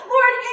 Lord